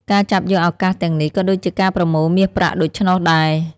ការចាប់យកឱកាសទាំងនេះ ក៏ដូចជាការប្រមូលមាសប្រាក់ដូច្នោះដែរ។